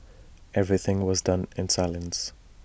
everything was done in silence